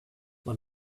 but